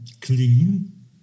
clean